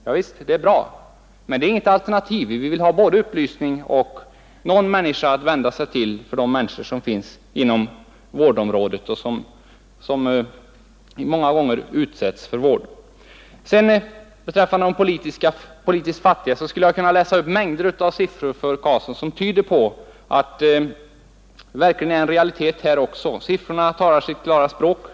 Javisst, det är bra, men det är inget alternativ. Vi vill ha både upplysning och någon människa för patienterna på vårdområdet att vända sig till. Beträffande de politiskt fattiga skulle jag kunna läsa upp mängder av siffror för herr Karlsson, vilka tyder på att det verkligen är fråga om en realitet också här. Siffrorna talar sitt klara språk.